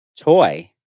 toy